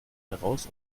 heraus